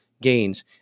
gains